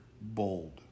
bold